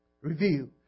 review